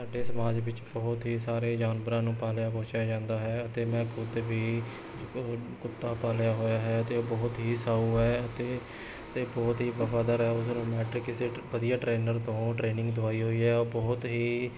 ਸਾਡੇ ਸਮਾਜ ਵਿੱਚ ਬਹੁਤ ਹੀ ਸਾਰੇ ਜਾਨਵਰਾਂ ਨੂੰ ਪਾਲਿਆ ਪੋਸਿਆ ਜਾਂਦਾ ਹੈ ਅਤੇ ਮੈਂ ਖੁਦ ਵੀ ਕੁੱਤਾ ਪਾਲਿਆ ਹੋਇਆ ਹੈ ਅਤੇ ਬਹੁਤ ਹੀ ਸਾਊ ਹੈ ਅਤੇ ਅਤੇ ਬਹੁਤ ਹੀ ਵਫ਼ਾਦਾਰ ਹੈ ਉਸਨੂੰ ਮੈਂ ਕਿਸੇ ਵਧੀਆ ਟ੍ਰੇਨਰ ਤੋਂ ਟ੍ਰੇਨਿੰਗ ਦਵਾਈ ਹੋਈ ਹੈ ਬਹੁਤ ਹੀ